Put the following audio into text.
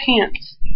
pants